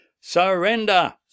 Surrender